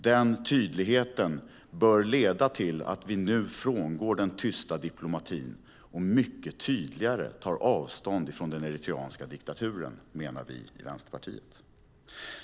Den tydligheten bör leda till att vi nu frångår den tysta diplomatin och mycket tydligare tar avstånd från den eritreanska diktaturen, menar vi i Vänsterpartiet.